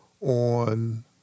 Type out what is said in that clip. on